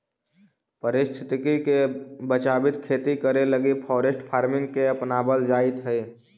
पारिस्थितिकी के बचाबित खेती करे लागी फॉरेस्ट फार्मिंग के अपनाबल जाइत हई